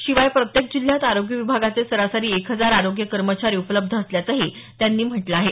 शिवाय प्रत्येक जिल्ह्यात आरोग्य विभागाचे सरासरी एक हजार आरोग्य कर्मचारी उपलब्ध असल्याचंही त्यांनी म्हटलं आहे